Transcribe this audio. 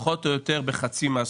פחות או יותר בחצי מהסכום,